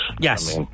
Yes